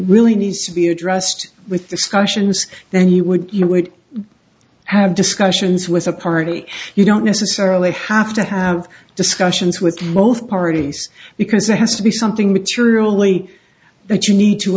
really needs to be addressed with discussions then you would you would have discussions with a party you don't necessarily have to have discussions with both parties because it has to be something materially that you need to